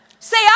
Say